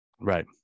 Right